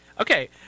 Okay